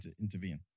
Intervene